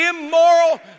immoral